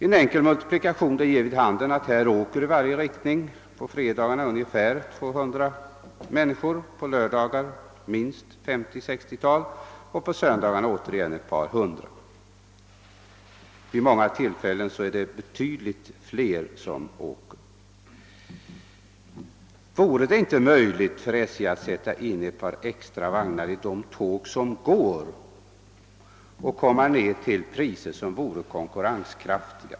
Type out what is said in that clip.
En enkel multiplikation ger vid handen att här åker i varje riktning på fredagarna ungefär 200 människor, på lördagar minst 50—60 och på söndagarna återigen ett par hundra. Vid många tillfällen åker betydligt flera. Vore det då inte möjligt för SJ att sätta in ett par extra vagnar i det tåg som ändå går och samtidigt komma ned till priser som vore konkurrenskraftiga?